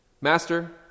Master